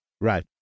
Right